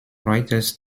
writers